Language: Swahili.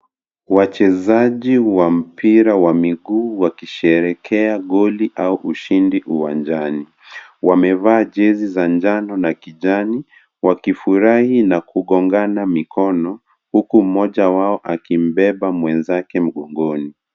Wachezaji wa mpira wa miguu wakisheherekea goli au ushindi uwanjani. Wamevaa jezi za njano na kijani, wakifurahi na kugongana mikono huku mmoja wao akimbeba mwenzake mgongoni.